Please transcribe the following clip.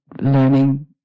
learning